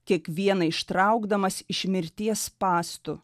kiekvieną ištraukdamas iš mirties spąstų